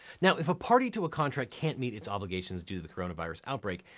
now, if a party to a contract can't meet its obligations due to the coronavirus outbreak,